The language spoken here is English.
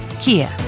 Kia